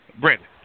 Brandon